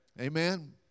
Amen